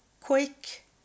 quick